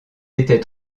était